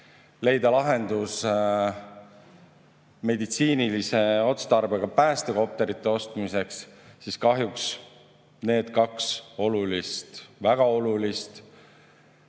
leida lahendus meditsiinilise otstarbega päästekopterite ostmiseks. Kahjuks need kaks olulist, väga olulist